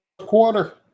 quarter